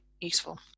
useful